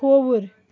کھووُر